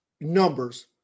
numbers